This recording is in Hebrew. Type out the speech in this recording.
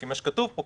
לפי מה שכתוב פה,